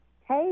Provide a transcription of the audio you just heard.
Hey